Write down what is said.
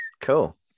cool